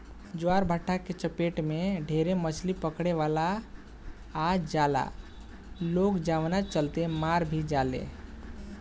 ज्वारभाटा के चपेट में ढेरे मछली पकड़े वाला आ जाला लोग जवना चलते मार भी जाले